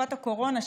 בתקופת הקורונה,